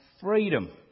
freedom